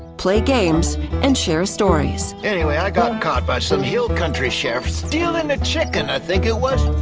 play games and share stories. anyway i got caught by some hill country sheriff, stealing a chicken i think it was.